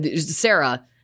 Sarah